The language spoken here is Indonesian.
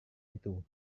itu